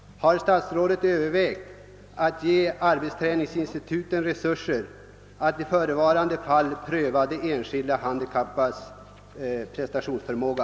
Har statsrådet övervägt att ge arbetsträningsinstituten resurser att i förevarande fall pröva den enskilde handikappades prestationsförmåga?